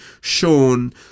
shown